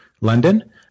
London